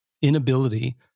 Inability